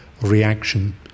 reaction